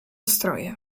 stroje